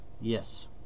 Yes